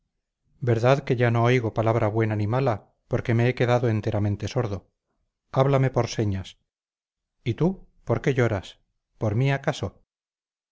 verdad que ya no oigo palabra buena ni mala porque me he quedado enteramente sordo háblame por señas y tú por qué lloras por mí acaso